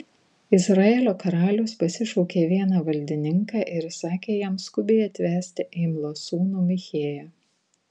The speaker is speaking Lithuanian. izraelio karalius pasišaukė vieną valdininką ir įsakė jam skubiai atvesti imlos sūnų michėją